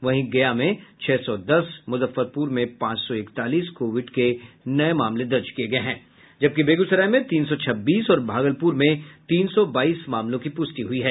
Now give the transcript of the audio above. वहीं गया में छह सौ दस मुजफ्फरपुर में पांच सौ इकतालीस कोविड के नये मामले दर्ज किये गये हैं जबकि बेगूसराय में तीन सौ छब्बीस और भागलपुर में तीन सौ बाईस मामलों की पुष्टि हुई है